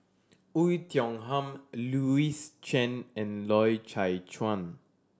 Oei Tiong Ham Louis Chen and Loy Chye Chuan